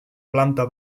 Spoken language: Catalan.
planta